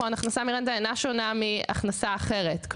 מרנטה אינה שונה מהכנסה אחרת,